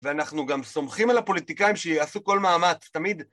ואנחנו גם סומכים על הפוליטיקאים שעשו כל מאמץ, תמיד.